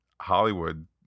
hollywood